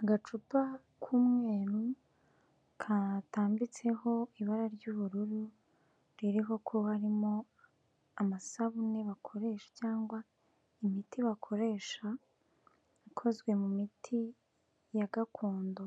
Agacupa k'umweru, katambitseho ibara ry'ubururu, ririho ko harimo amasabune bakoresha cyangwa imiti bakoresha, ikozwe mu miti ya gakondo,